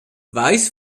weiß